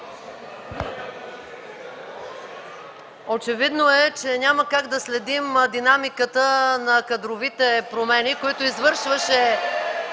Очевидно е, че няма как да следим динамиката на кадровите промени, които извършваше